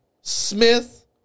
Smith